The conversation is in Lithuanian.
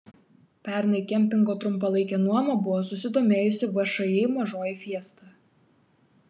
pernai kempingo trumpalaike nuoma buvo susidomėjusi všį mažoji fiesta